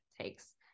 takes